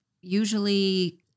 usually